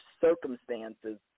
circumstances